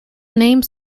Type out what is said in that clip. name